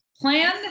Plan